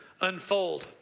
unfold